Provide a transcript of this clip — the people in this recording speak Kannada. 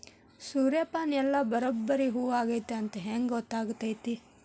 ಸೂರ್ಯಪಾನ ಎಲ್ಲ ಬರಬ್ಬರಿ ಹೂ ಆಗೈತಿ ಅಂತ ಹೆಂಗ್ ಗೊತ್ತಾಗತೈತ್ರಿ?